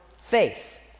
faith